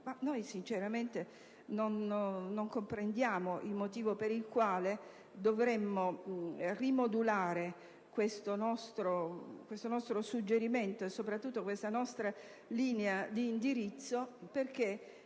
Sinceramente non comprendiamo il motivo per il quale dovremmo rimodellare questo nostro suggerimento e soprattutto la nostra linea di indirizzo.